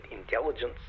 intelligence